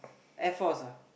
Air Force ah